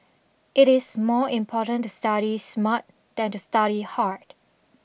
it is more important to study smart than to study hard